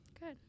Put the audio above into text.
Good